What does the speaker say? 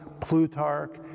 Plutarch